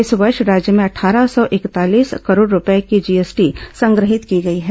इस वर्ष राज्य में अट्ठारह सौ इकतालीस करोड़ रूपये की जीएसटी संग्रहित की गई है